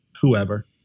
whoever